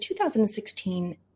2016